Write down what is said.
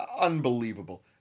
unbelievable